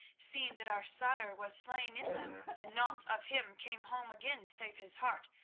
seeing that our sire was slain in them and naught of him came home again save his heart,